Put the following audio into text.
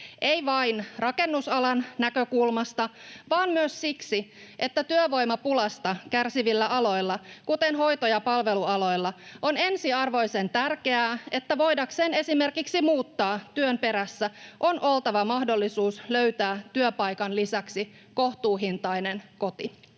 ei vain rakennusalan näkökulmasta vaan myös siksi, että työvoimapulasta kärsivillä aloilla, kuten hoito- ja palvelualoilla, on ensiarvoisen tärkeää, että voidakseen esimerkiksi muuttaa työn perässä, on oltava mahdollisuus löytää työpaikan lisäksi kohtuuhintainen koti.